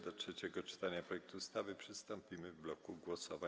Do trzeciego czytania projektu ustawy przystąpimy w bloku głosowań.